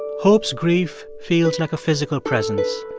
hope's grief feels like a physical presence,